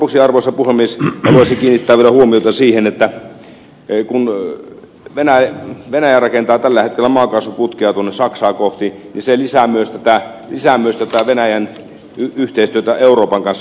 lopuksi arvoisa puhemies haluaisin kiinnittää vielä huomiota siihen että kun venäjä rakentaa tällä hetkellä maakaasuputkea tuonne saksaa kohti se lisää myös venäjän yhteistyötä euroopan kanssa